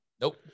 Nope